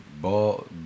Ball